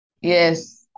Yes